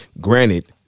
Granted